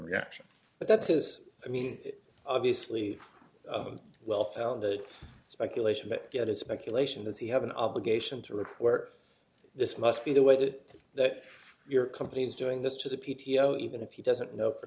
reaction but that is i mean obviously a well founded speculation but yet is speculation that he have an obligation to report this must be the way that that your company is doing this to the p t o even if he doesn't know for